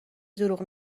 دروغ